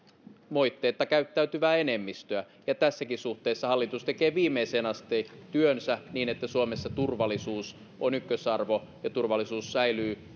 moitteetta käyttäytyvää enemmistöä tässäkin suhteessa hallitus tekee viimeiseen asti työnsä niin että suomessa turvallisuus on ykkösarvo ja turvallisuus säilyy